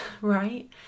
right